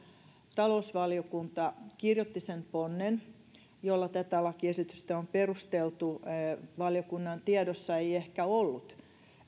talousvaliokunta kirjoitti sen ponnen jolla tätä lakiesitystä on perusteltu valiokunnan tiedossa ei ehkä ollut